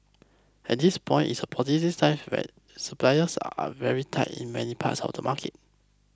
at this point it's a positive sign while supplies are very tight in many parts of the market